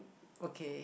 okay